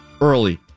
early